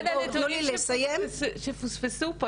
שלא תפספסו פה,